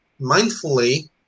mindfully